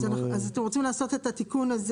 אתם רוצים לעשות את התיקון הזה